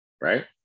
right